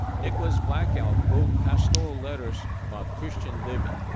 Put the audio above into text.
nicholas black elk wrote pastoral letters about christian living.